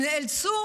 הם נאלצו